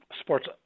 sports